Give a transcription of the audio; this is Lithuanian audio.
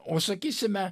o sakysime